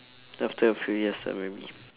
after a few years lah maybe